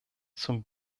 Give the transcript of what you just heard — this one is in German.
zum